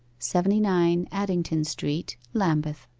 seventy nine addington street, lambeth